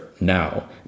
now